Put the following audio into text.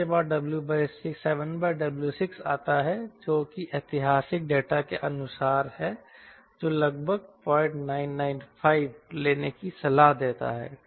इसके बाद W7W6 आता है जो कि ऐतिहासिक डेटा के अनुसार है जो लगभग 0995 लेने की सलाह देता है